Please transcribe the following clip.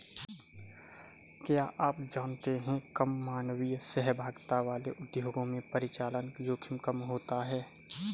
क्या आप जानते है कम मानवीय सहभागिता वाले उद्योगों में परिचालन जोखिम कम होता है?